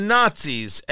Nazis